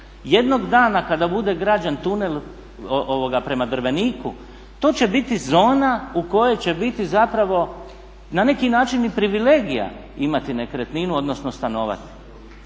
Jednog dana kada bude građen tunel prema Drveniku to će biti zona u kojoj će biti zapravo na neki način i privilegija imati nekretninu, odnosno stanovati,